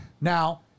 Now